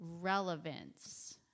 Relevance